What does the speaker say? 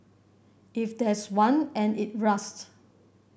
if there's one and it rusts